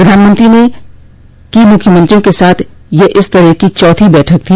प्रधानमंत्री की मुख्यमंत्रियों के साथ यह इस तरह की चौथी बैठक थी